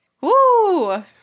woo